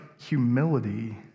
humility